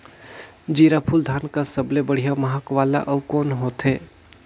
जीराफुल धान कस सबले बढ़िया महक वाला अउ कोन होथै?